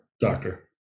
doctor